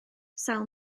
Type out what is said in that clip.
sawl